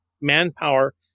manpower